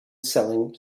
selling